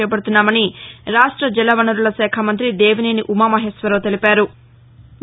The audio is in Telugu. చేపడుతున్నామని రాష్ట్ర జలవనరుల శాఖ మంతి దేవినేని ఉమామహేశ్వరరావు తెలిపారు